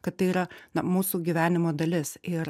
kad tai yra na mūsų gyvenimo dalis ir